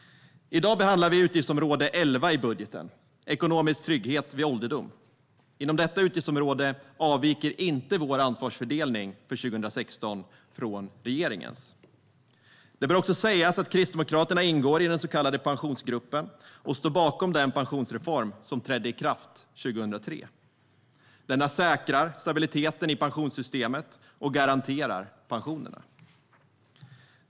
I dag behandlar vi utgiftsområde 11 i budgeten, Ekonomisk trygghet vid ålderdom. Inom detta utgiftsområde avviker inte vår anslagsfördelning för 2016 från regeringens. Det bör också sägas att Kristdemokraterna ingår i den så kallade Pensionsgruppen och står bakom den pensionsreform som trädde i kraft 2003. Denna säkrar stabiliteten i pensionssystemet och garanterar pensionerna.